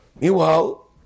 Meanwhile